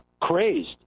crazed